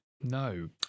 No